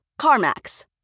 CarMax